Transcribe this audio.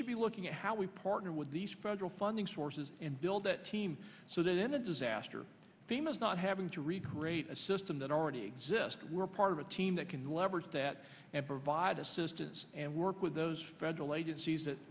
should be looking at how we partner with these projects funding sources and build that team so that in a disaster famous not having to recreate a system that already exist we're part of a team that can leverage that and provide assistance and work with those federal agencies that